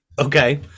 Okay